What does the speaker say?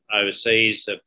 overseas